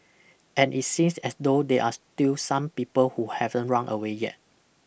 and it seems as though there are still some people who haven't run away yet